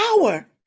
power